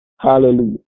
Hallelujah